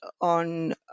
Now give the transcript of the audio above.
on